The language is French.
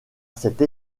cette